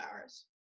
hours